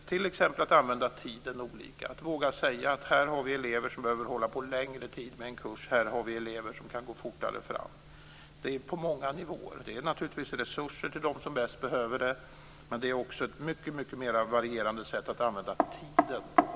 Det är t.ex. att använda tiden olika, att våga säga att det finns elever som behöver hålla på längre tid med en kurs och att det finns elever som kan gå fortare fram. Det är på många nivåer. Det är naturligtvis resurser till dem som bäst behöver dem, men det är också ett mycket mer varierat sätt att använda tiden.